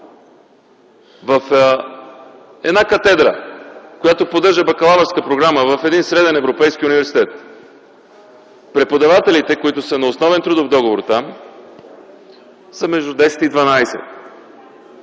В една катедра, която поддържа бакалавърска програма в един среден европейски университет, преподавателите, които са на основен трудов договор там, са между десет